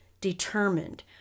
determined